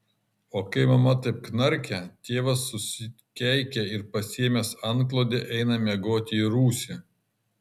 o kai mama taip knarkia tėvas susikeikia ir pasiėmęs antklodę eina miegoti į rūsį